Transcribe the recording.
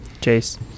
Chase